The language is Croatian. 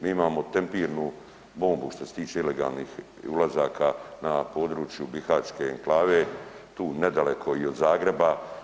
Mi imamo tempirnu bombu što se tiče ilegalnih ulazaka na području Bihačke enklave tu nedaleko i od Zagreba.